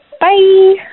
Bye